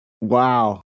Wow